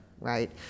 right